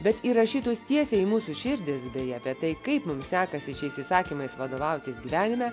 bet įrašytus tiesiai į mūsų širdis bei apie tai kaip mum sekasi šiais įsakymais vadovautis gyvenime